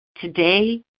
today